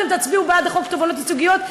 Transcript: אתם תצביעו בעד חוק תובענות ייצוגיות,